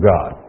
God